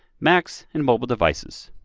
macs, and mobile devices.